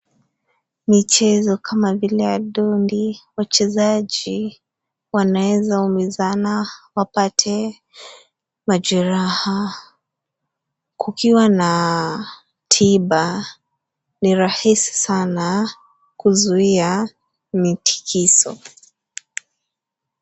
Michezo kama vile ya dondi, wachezaji wanaweza umizana, wapate majeraha. Kukiwa na tiba, ni rahisi, sana kuzuia mitikiso.